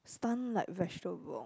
stunned like vegetable